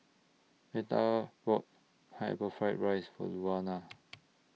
Meta bought Pineapple Fried Rice For Luana